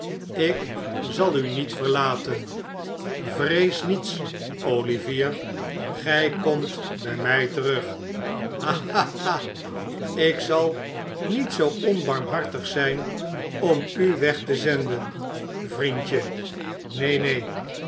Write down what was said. ik zal u niet verlaten vrees niets olivier gij komt bij mij terug ha ha ha ik zal niet zoo onbarmhartig zijn om u weg te zenden vriendje neen neen